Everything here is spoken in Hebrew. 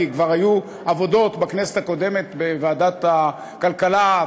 כי כבר היו עבודות בכנסת הקודמת בוועדת הכלכלה.